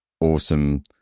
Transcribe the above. awesome